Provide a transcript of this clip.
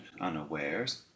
unawares